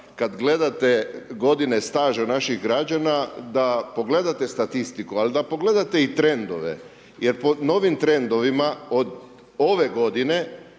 kad gledate godine staža naših građana da pogledate statistiku, ali da pogledate i trendove. Jer po novim trendovima od ove godine